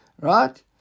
Right